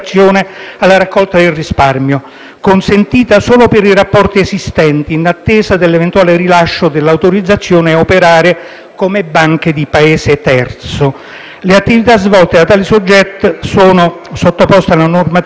consentita solo per i rapporti esistenti - in attesa dell'eventuale rilascio dell'autorizzazione a operare come banche di Paese terzo. Le attività svolte da tali soggetti sono sottoposte alla normativa bancaria e finanziaria europea e nazionale,